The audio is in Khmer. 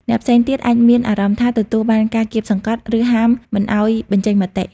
អ្នកផ្សេងទៀតអាចមានអារម្មណ៍ថាទទួលបានការគាបសង្កត់ ឬហាមមិនឱ្យបញ្ចេញមតិ។